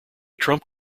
trump